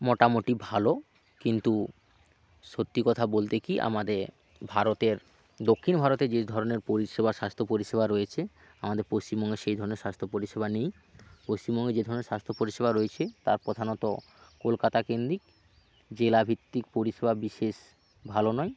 মোটামুটি ভালো কিন্তু সত্যি কথা বলতে কি আমাদের ভারতের দক্ষিণ ভারতে যে ধরনের পরিষেবা স্বাস্থ্য পরিষেবা রয়েছে আমাদের পশ্চিমবঙ্গে সেই ধরনের স্বাস্থ্য পরিষেবা নেই পশ্চিমবঙ্গে যে ধরনের স্বাস্থ্য পরিষেবা রয়েছে তার প্রধানত কলকাতা কেন্দ্রিক জেলাভিত্তিক পরিষেবা বিশেষ ভালো নয়